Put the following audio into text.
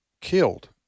killed